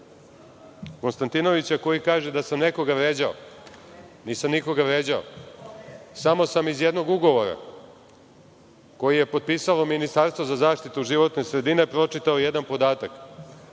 Konstantinovića, koji kaže da sam nekoga vređao, nisam nikoga vređao, samo sam iz jednog ugovora koji je potpisalo Ministarstvo za zaštitu životne sredine pročitao jedan podatak,